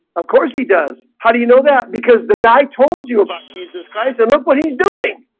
of course he does how do you know that because the guy told you about jesus christ and look what he's doing?